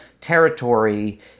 territory